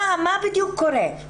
מה בדיוק קורה?